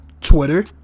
twitter